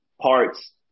parts